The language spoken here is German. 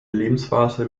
lebensphase